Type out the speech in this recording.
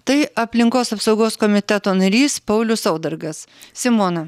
tai aplinkos apsaugos komiteto narys paulius saudargas simona